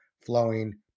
flowing